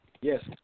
Yes